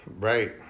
right